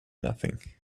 nothing